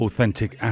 Authentic